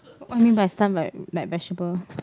what you mean by stun like like vegetable